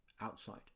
outside